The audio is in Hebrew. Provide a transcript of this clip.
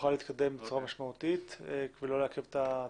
שנוכל להתקדם בצורה משמעותית ולא לעכב את התקנות.